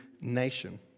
nation